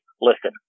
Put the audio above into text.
listen